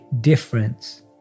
difference